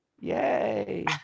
Yay